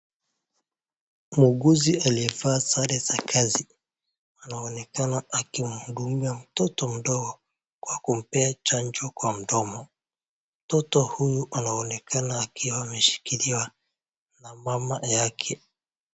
Muuguzi aliyee vaa sare za kazi anaonekana akimhudumia mtoto mdogo kwa kumpea chanjo kwa mdomo, mtoto huyu anaonekana akiwa ameshikiliwa na mama yake.